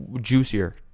juicier